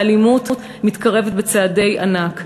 והאלימות מתקרבת בצעדי ענק.